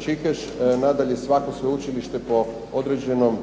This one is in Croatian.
Čikeš. Nadalje svako sveučilište po određenoj